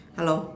hello